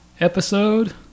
episode